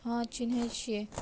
हँ चिन्हैत छियै